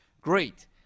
great